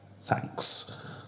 Thanks